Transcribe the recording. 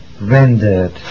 rendered